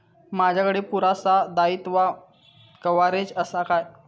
माजाकडे पुरासा दाईत्वा कव्हारेज असा काय?